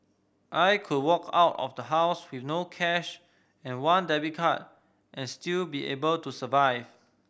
I could walk out of the house with no cash and one debit card and still be able to survive